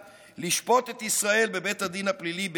לשפוט את ישראל בבית הדין הפלילי בהאג,